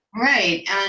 Right